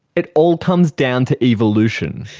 it all comes down to evolution.